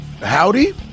Howdy